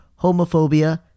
homophobia